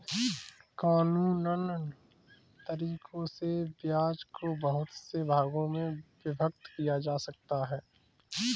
कानूनन तरीकों से ब्याज को बहुत से भागों में विभक्त किया जा सकता है